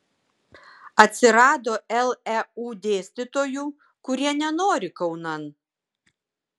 atsirado leu dėstytojų kurie nenori kaunan